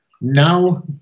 now